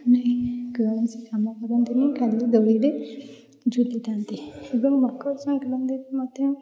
କୌଣସି କାମ କରନ୍ତିନି ଖାଲି ଦୋଳିରେ ଝୁଲିଥାନ୍ତି ଏବଂ ମକର ସଂକ୍ରାନ୍ତିରେ ମଧ୍ୟ